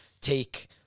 take